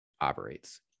operates